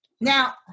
Now